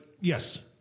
yes